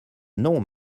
non